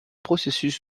processus